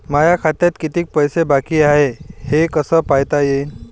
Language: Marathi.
माया खात्यात कितीक पैसे बाकी हाय हे कस पायता येईन?